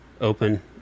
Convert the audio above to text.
open